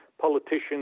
politicians